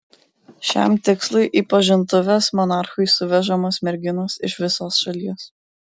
šiam tikslui į pažintuves monarchui suvežamos merginos iš visos šalies